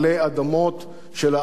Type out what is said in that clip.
אדמות של העם היהודי.